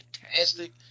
fantastic